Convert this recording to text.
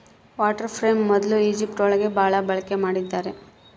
water frame ಮೊದ್ಲು Egypt ಒಳಗ ಭಾಳ ಬಳಕೆ ಮಾಡಿದ್ದಾರೆ